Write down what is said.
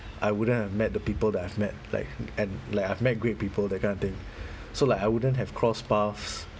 I wouldn't have met the people that I've met like and like I've met great people that kind of thing so like I wouldn't have crossed paths